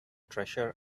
treasure